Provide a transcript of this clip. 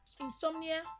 insomnia